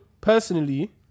personally